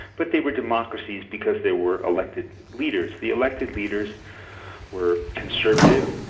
but they were democracies because there were elected leaders. the elected leaders were conservative,